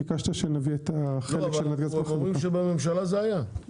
ביקשת שנביא את החלק של נתג"ז --- אומרים שבממשלה זה היה.